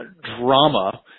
drama